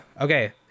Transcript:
okay